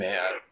Man